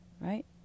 right